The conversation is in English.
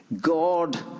God